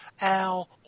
Al